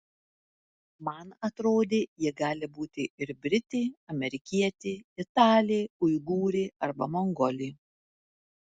man atrodė ji gali būti ir britė amerikietė italė uigūrė arba mongolė